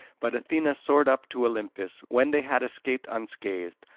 but athena soared up to olympus, when they had escaped unscathed.